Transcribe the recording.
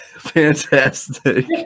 Fantastic